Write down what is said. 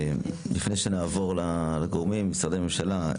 לפני שנעבור לגורמים, משרדי ממשלה.